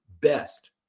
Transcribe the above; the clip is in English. best